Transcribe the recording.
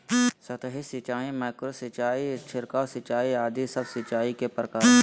सतही सिंचाई, माइक्रो सिंचाई, छिड़काव सिंचाई आदि सब सिंचाई के प्रकार हय